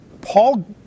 Paul